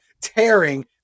tearing